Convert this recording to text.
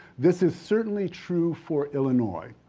this is certainly true for illinois,